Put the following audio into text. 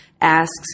Asks